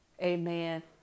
Amen